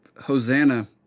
Hosanna